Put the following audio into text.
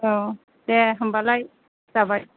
औ दे होम्बालाय जाबाय